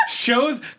Shows